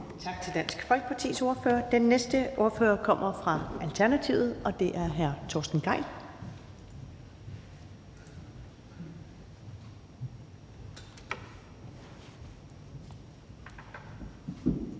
Tak til Dansk Folkepartis ordfører. Den næste ordfører kommer fra Alternativet, og det er hr. Torsten Gejl. Kl.